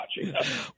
watching